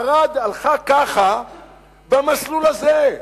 ערד הלכה ככה במסלול הזה.